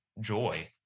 joy